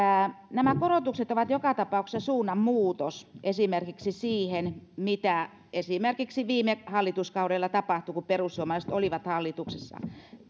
nämä korotukset ovat joka tapauksessa suunnanmuutos esimerkiksi siihen mitä viime hallituskaudella tapahtui kun perussuomalaiset olivat hallituksessa